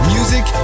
Music